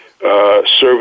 Service